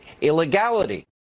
illegality